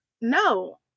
no